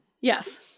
Yes